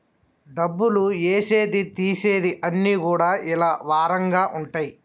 డబ్బులు ఏసేది తీసేది అన్ని కూడా ఇలా వారంగా ఉంటయి